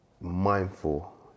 mindful